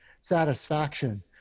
satisfaction